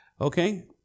Okay